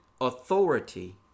authority